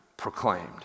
proclaimed